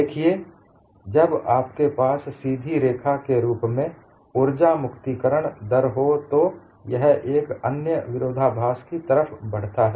देखिए जब आपके पास सीधी रेखा के रूप में उर्जा मुक्ति करण दर हो तो यह एक अन्य विरोधाभास की तरफ बढ़ता है